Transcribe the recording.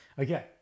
Okay